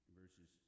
verses